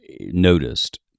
noticed